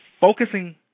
focusing